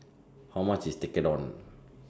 How much IS Tekkadon